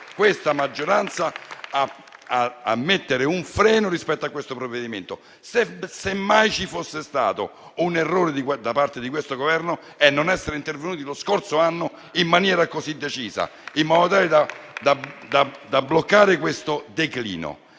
questa maggioranza a mettere un freno rispetto a questo provvedimento. Semmai ci fosse stato un errore da parte di questo Governo, è stato quello di non essere intervenuti lo scorso anno in maniera così decisa in modo tale da bloccare il declino.